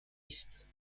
است